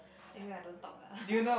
anyway I don't talk lah